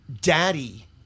daddy